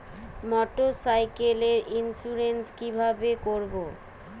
মোটরসাইকেলের ইন্সুরেন্স কিভাবে করব?